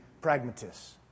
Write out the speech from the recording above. pragmatists